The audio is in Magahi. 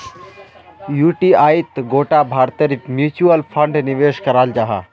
युटीआईत गोटा भारतेर म्यूच्यूअल फण्ड निवेश कराल जाहा